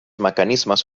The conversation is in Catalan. mecanismes